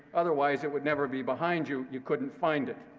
otherwise, it would never be behind you. you couldn't find it.